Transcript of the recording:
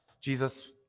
Jesus